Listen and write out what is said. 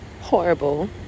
horrible